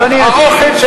האוכל של